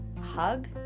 hug